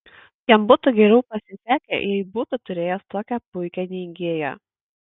jam būtų geriau pasisekę jei būtų turėjęs tokią puikią neigėją